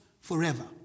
forever